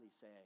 say